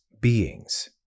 beings